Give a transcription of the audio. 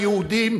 היהודים,